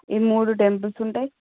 ఈ మూడు టెంపుల్స్ ఉంటాయి